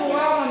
עבורם,